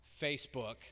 Facebook